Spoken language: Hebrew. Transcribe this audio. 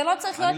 זה לא צריך להיות,